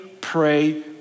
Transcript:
pray